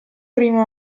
primo